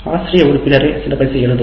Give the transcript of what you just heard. ஆசிரிய உறுப்பினரே சிலபஸை எழுதுவார்